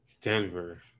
Denver